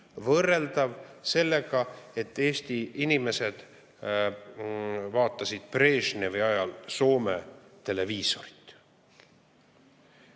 võrreldav sellega, et Eesti inimesed vaatasid Brežnevi ajal Soome televisiooni.